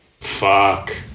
fuck